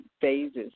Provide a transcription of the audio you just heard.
phases